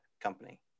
company